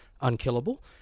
unkillable